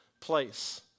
place